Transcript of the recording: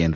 N